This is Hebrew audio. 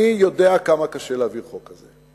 אני יודע כמה קשה להעביר חוק כזה.